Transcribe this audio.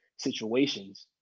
situations